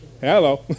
Hello